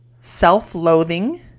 self-loathing